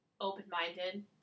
open-minded